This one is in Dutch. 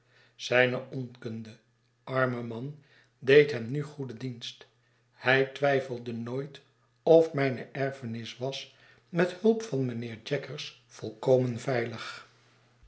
zijne onkunde arme man deed hem nu goeden dienst hij twijfelde nooit of mijne erfenis was met hulp van mijnheer jaggers volkomen veilig